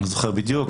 אני לא זוכר בדיוק,